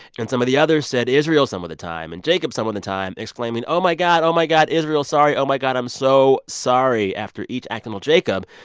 and some of the others said israel some of the time and jacob some of the time, exclaiming oh, my god. oh, my god israel sorry. oh, my god. i'm so sorry after each accidental jacob,